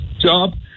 job